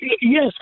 Yes